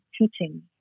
teaching